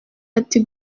ati